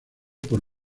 por